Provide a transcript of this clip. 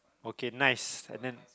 okay nice and then